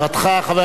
חבר הכנסת מיכאלי,